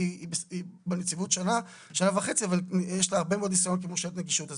כי היא בנציבות שנה וחצי אבל יש לה הרבה מאוד ניסיון כמורשת נגישות.